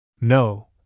No